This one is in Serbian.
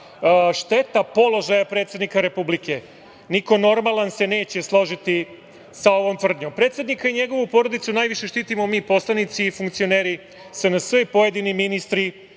šteta položaja predsednika Republike. Niko normalan se neće složiti sa ovom tvrdnjom. Predsednika i njegovu porodicu najviše štitimo mi poslanici, funkcioneri SNS i pojedini ministri